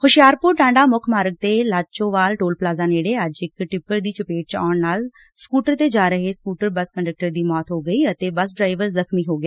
ਹੁਸ਼ਿਆਰਪੁਰ ਟਾਡਾਂ ਮੁੱਖ ਮਾਰਗ ਤੇ ਲਾਚੋਵਾਲ ਟੋਲਪਲਾਜ਼ਾ ਨੇੜੇ ਅੱਜ ਇਕ ਟਿੱਪਰ ਦੀ ਚਪੇਟ ਚ ਆਉਣ ਨਾਲ ਸਕੁਟਰ ਤੇ ਜਾ ਰਹੇ ਸਕੁਲ ਬੱਸ ਕੰਡਕਟਰ ਦੀ ਮੌਤ ਹੋ ਗਈ ਅਤੇ ਬੱਸ ਡਰਾਈਵਰ ਜ਼ਖ਼ਮੀ ਹੋ ਗਿਆ